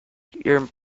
your